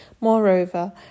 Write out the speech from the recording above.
Moreover